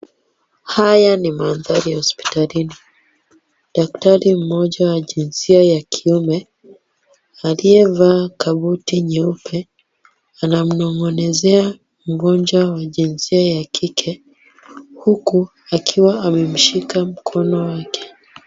Haya ni manthari ya hospitalini, daktari mmoja wa jinsia ya kiume aliyevaa kabuti nyeupe anamnong'onezea mgonjwa wa jinsia ya kike huku akiwa amemshika mkono wake.